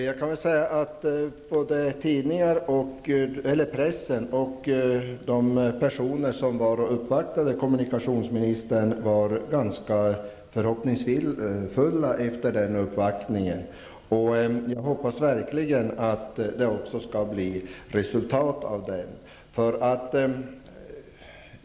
Fru talman! Både pressen och de personer som uppvaktade kommunikationsministern var ganska förhoppningsfulla efter uppvaktningen. Jag hoppas verkligen att det också skall bli resultat av den.